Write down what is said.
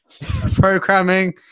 Programming